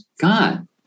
God